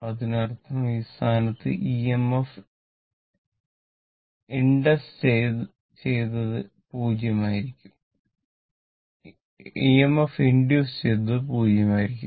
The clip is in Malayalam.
അതിനർത്ഥം ഈ സ്ഥാനത്ത് ഇഎംഎഫ് ഇൻഡസ് ചെയ്തതത് 0 ആയിരിക്കും